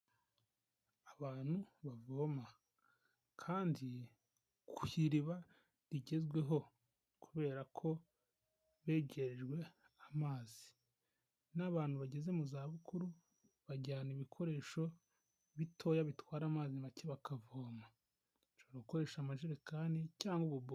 Abantu bavoma kandi ku iriba rigezweho kubera ko begerejwe amazi n'abantu bageze mu zabukuru bajyana ibikoresho bitoya bitwara amazi make bakavoma bashobora gukoresha amajerekani cyangwa ububuni.